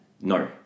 No